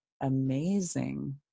amazing